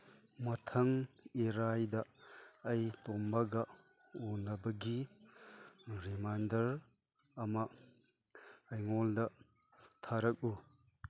ꯃꯊꯪ ꯏꯔꯥꯏꯗ ꯑꯩ ꯇꯣꯝꯕꯒ ꯎꯅꯕꯒꯤ ꯔꯤꯃꯥꯏꯟꯗꯔ ꯑꯃ ꯑꯩꯉꯣꯜꯗ ꯊꯥꯔꯛꯎ